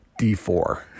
D4